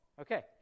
Okay